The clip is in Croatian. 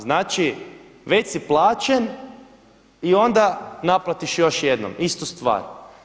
Znači već si plaćen i onda naplatiš još jednom istu stvar.